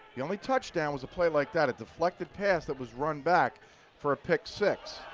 the only touchdown was a play like that. a deflected pass that was run back for a pick six.